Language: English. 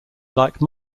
like